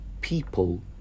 People